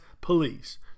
police